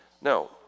Now